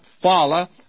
follow